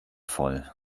voll